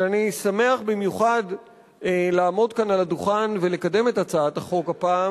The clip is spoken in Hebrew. שאני שמח במיוחד לעמוד כאן על הדוכן ולקדם את הצעת החוק הפעם,